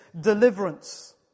deliverance